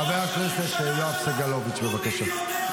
חבר הכנסת יואב סגלוביץ', בבקשה.